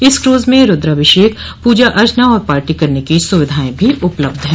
इस क्रूज में रूद्राभिषेक पूजा अर्चना और पार्टी करने की सुविधायें भी उपलब्ध हैं